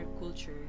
culture